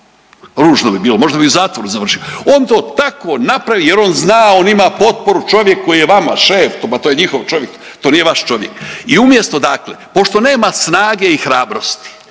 ružno bi bilo, možda bi u zatvoru završio. On to tako napravi jer on zna, on ima potporu, čovjek koji je vama šef. Ma to je njihov čovjek, to nije vaš čovjek. I umjesto dakle pošto nema snage i hrabrosti